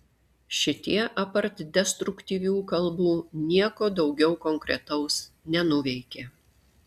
šitie apart destruktyvių kalbų nieko daugiau konkretaus nenuveikė